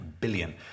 billion